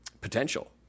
potential